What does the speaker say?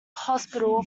hospital